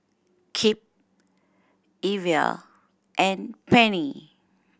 Kipp Evia and Penny